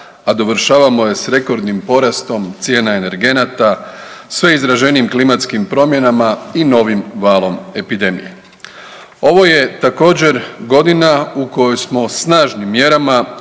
a dovršavamo je s rekordnim porastom cijena energenata, sve izraženijim klimatskim promjenama i novim valom epidemije. Ovo je također godina u kojoj smo snažnim mjerama